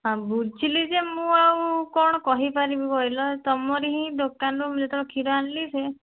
ଆଉ ବୁଝିଲି ଯେ ମୁଁ ଆଉ କ'ଣ କହିପାରିବି କହିଲ ତମରି ହିଁ ଦୋକାନରୁ ମୁଁ ଯେତେବେଳେ କ୍ଷୀର ଆଣିଲି ସେ